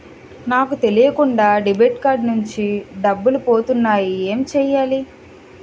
నాకు తెలియకుండా debit card నుంచి డబ్బులు పోతున్నాయి ఎం చెయ్యాలి?